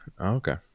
Okay